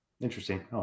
interesting